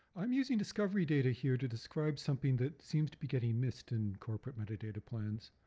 i'm using discovery data here to describe something that seems to be getting missed in corporate metadata plans,